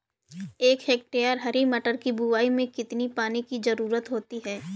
एक हेक्टेयर हरी मटर की बुवाई में कितनी पानी की ज़रुरत होती है?